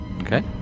Okay